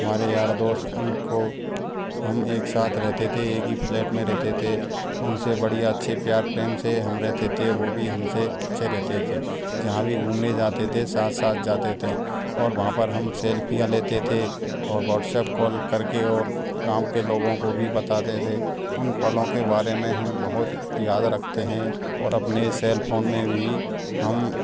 हमारे यार दोस्त उनको हम एक साथ रहते थे एक ही फ्लैट में रहते थे उनसे बढ़िया अच्छे प्यार प्रेम से हम रहते थे वो भी हमसे अच्छे रहते थे जहाँ भी घूमने जाते थे साथ साथ जाते थे और वहाँ पर हम सेल्फियाँ लेते थे और व्हाट्सएप कॉल करके और गाँव के लोगों को भी बताते थे उन पलों के बारे में हम बहुत याद रखते हैं और अपने सेल फोन में भी हम